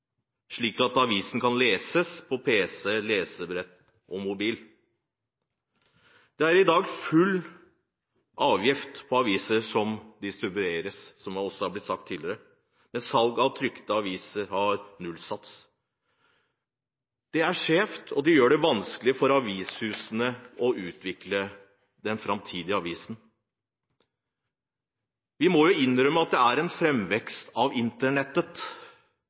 slik at avisen kan leses på pc, lesebrett og mobil. Det er i dag full merverdiavgiftssats for aviser som distribueres elektronisk – noe som også er blitt sagt tidligere – mens salg av trykte aviser har nullsats. Det er skjevt og gjør det vanskelig for avishusene å utvikle den framtidige avisen. Vi må jo innrømme at det er en fremvekst av